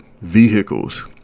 vehicles